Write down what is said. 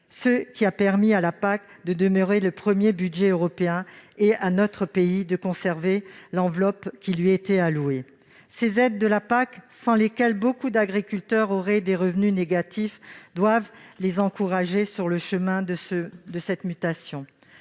ce qui a permis à la PAC de demeurer le premier budget européen, et à notre pays de conserver l'enveloppe qui lui était allouée. Ces aides de la PAC, sans lesquelles beaucoup d'agriculteurs auraient des revenus négatifs, doivent les encourager sur le chemin de ces mutations.